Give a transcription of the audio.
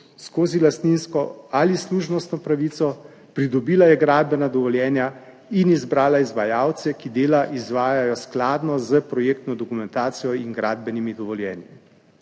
skozi lastninsko ali služnostno pravico. Pridobila je gradbena dovoljenja in izbrala izvajalce, ki dela izvajajo skladno s projektno dokumentacijo in gradbenimi dovoljenji.